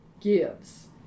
gives